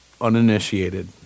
uninitiated